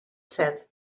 said